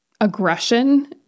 aggression